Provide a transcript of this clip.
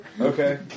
Okay